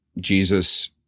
Jesus